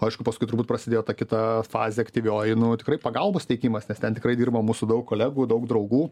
aišku paskui turbūt prasidėjo ta kita fazė aktyvioji nu tikrai pagalbos teikimas nes ten tikrai dirba mūsų daug kolegų daug draugų